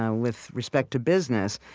ah with respect to business,